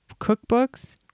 cookbooks